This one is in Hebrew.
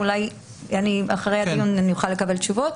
אולי אחרי הדיון אני אוכל לקבל תשובות.